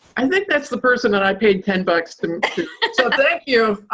i think that's the person that i paid ten bucks to so thank you.